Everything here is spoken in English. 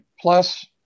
Plus